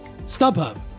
StubHub